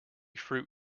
fruit